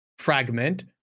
fragment